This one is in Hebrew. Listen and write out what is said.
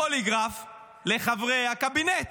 פוליגרף לחברי הקבינט.